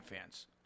fans